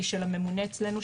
היא של הממונה אצלנו,